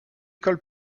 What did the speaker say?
école